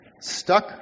Stuck